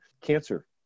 cancer